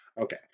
Okay